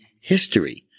history